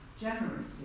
generously